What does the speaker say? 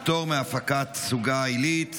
פטור מהפקת סוגה עילית,